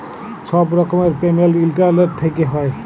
ছব রকমের payment internet থ্যাইকে হ্যয়